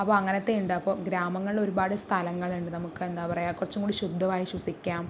അപ്പോൾ അങ്ങനത്തെയുണ്ട് അപ്പം ഗ്രാമങ്ങളിൽ ഒരുപാട് സ്ഥലങ്ങളുണ്ട് നമുക്ക് എന്താ പറയുക കുറച്ചും കൂടി ശുദ്ധ വായു ശ്വസിക്കാം